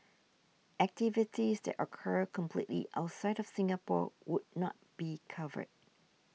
activities that occur completely outside of Singapore would not be covered